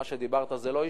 מה שדיברת זה לא אישי,